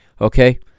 okay